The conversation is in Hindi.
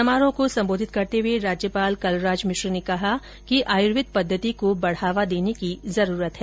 समारोह को संबोधित करते हुए राज्यपाल कलराज मिश्र ने कहा कि आयुर्वेद पद्धति को बढावा देने की जरूरत है